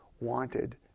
wanted